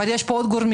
אבל יש פה עוד גורמים,